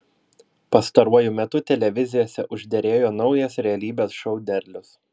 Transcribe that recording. pastaruoju metu televizijose užderėjo naujas realybės šou derlius